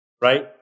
right